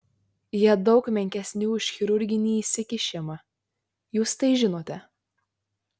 jie daug menkesni už chirurginį įsikišimą jūs tai žinote